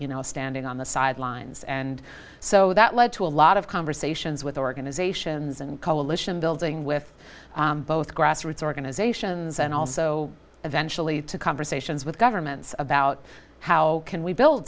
you know standing on the sidelines and so that led to a lot of conversations with organisations and coalition building with both grassroots organizations and also eventually to conversations with governments about how can we buil